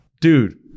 dude